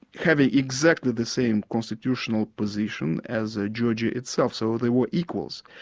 having exactly the same constitutional position as ah georgia itself, so they were equals.